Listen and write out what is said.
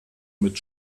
mit